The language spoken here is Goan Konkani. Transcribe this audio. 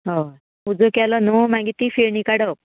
हय उजो केलो न्हू मागीर ती फेणी काडप